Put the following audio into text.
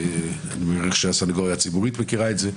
אני מניח שהסנגוריה הציבורית מכירה את זה.